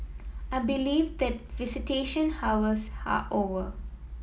I believe that visitation hours are over